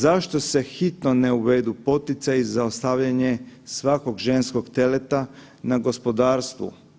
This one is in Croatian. Zašto se hitno ne uvedu poticaji za ostavljanje svakog ženskog teleta na gospodarstvu?